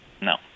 No